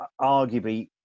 arguably